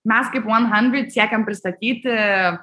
mes kaip vuon handrid siekiam pristatyti